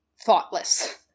thoughtless